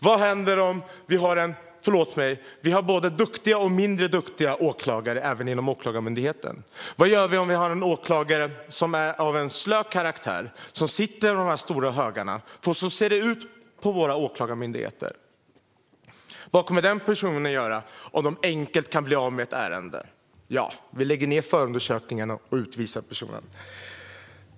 Förlåt mig, men det finns både duktiga och mindre duktiga åklagare även inom Åklagarmyndigheten. Vad gör vi med en slö åklagare, som sitter med de stora högarna? Så ser det ut på våra åklagarmyndigheter. Vad kommer den personen att göra om man enkelt kan bli av med ett ärende? Jo, man lägger ned förundersökningen och utvisar personen.